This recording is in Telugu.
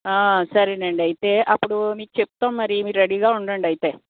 సరే అండి అయితే అప్పుడు మీకు చెప్తాము మరి అయితే మీరు రెడీగా ఉండండి అయితే